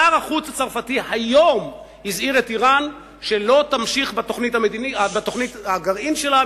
שר החוץ הצרפתי היום הזהיר את אירן שלא תמשיך בתוכנית הגרעין שלה,